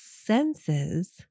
senses